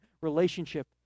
relationship